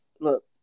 look